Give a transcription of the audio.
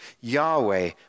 Yahweh